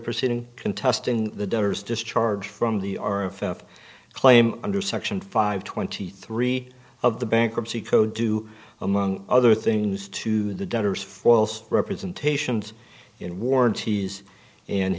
proceeding contesting the debtors discharge from the or if f claim under section five twenty three of the bankruptcy code do among other things to the debtors false representations in warranties and